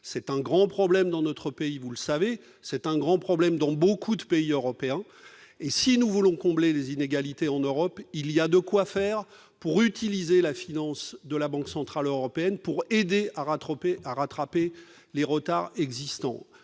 c'est un grand problème dans notre pays, vous le savez, c'est un grand problème dans beaucoup de pays européens et si nous voulons combler les inégalités en Europe il y a de quoi faire pour utiliser la finance, de la Banque centrale européenne pour aider à Tropez à rattraper les retards existants,